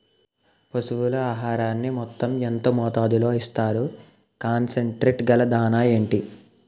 పశువుల ఆహారాన్ని యెంత మోతాదులో ఇస్తారు? కాన్సన్ ట్రీట్ గల దాణ ఏంటి?